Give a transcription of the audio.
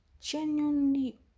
genuinely